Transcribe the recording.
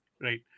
Right